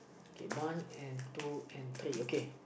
okay one and two and three okay